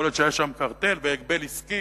יכול להיות שהיה שם קרטל והגבל עסקי,